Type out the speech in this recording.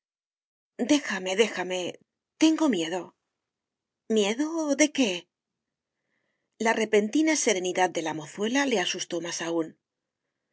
déjame déjame tengo miedo miedo de qué la repentina serenidad de la mozuela le asustó más aún